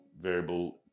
variable